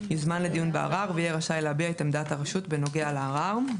יוזמן לדיון בערר ויהיה רשאי להביע את עמדת הרשות בנוגע לערר.